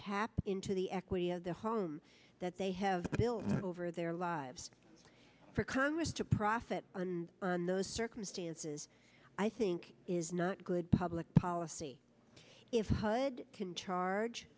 tap into the equity of the home that they have built over their lives for congress to profit on those circumstances i think is not good public policy if hud can charge